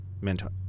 mental